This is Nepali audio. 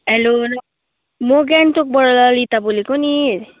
हेलो नम म ग्यान्टोकबाट ललिता बोलेको नि